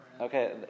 Okay